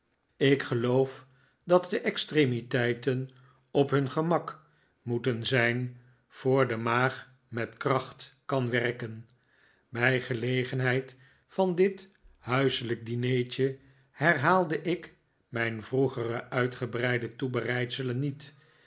ik geloof dat de extremiteiten op hun gemak moeten zijn voor de maag met kracht kan werken bij gelegenheid van dit huiselijk dinertje herhaalde ik mijn vroegere uitgebreide toebereidselen niet